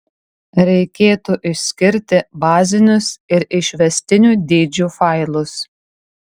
reikėtų išskirti bazinius ir išvestinių dydžių failus